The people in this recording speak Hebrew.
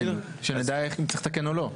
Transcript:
כן, שנדע אם צריך לתקן או לא.